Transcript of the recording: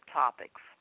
topics